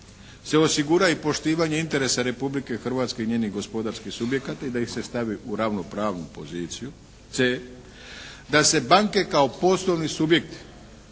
se osigura i poštivanje interesa Republike Hrvatske i njenih gospodarskih subjekata i da ih se stavi u ravnopravnu poziciju. c) da se banke kao poslovni subjekti